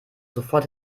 sofort